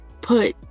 put